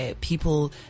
people